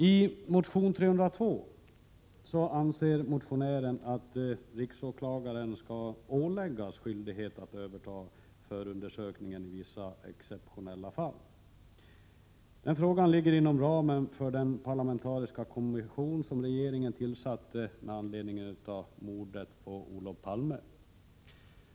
I motion Ju302 anser motionären att riksåklagaren skall åläggas skyldighet att överta förundersökningen i vissa exceptionella fall. Den frågan ligger inom ramen för den parlamentariska kommission som regeringen tillsatt med anledning av mordet på Olof Palme.